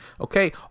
okay